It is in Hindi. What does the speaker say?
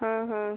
हाँ हाँ